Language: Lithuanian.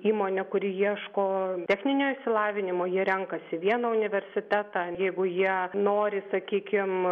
įmonę kuri ieško techninio išsilavinimo jie renkasi vieną universitetą jeigu jie nori sakykim